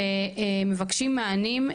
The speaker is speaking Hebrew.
ומבקשים מענים,